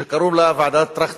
שקראו לה ועדת-טרכטנברג,